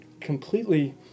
completely